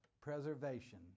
preservation